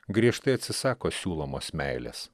griežtai atsisako siūlomos meilės